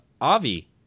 Avi